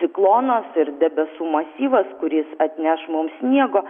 ciklonas ir debesų masyvas kuris atneš mums sniego